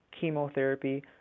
chemotherapy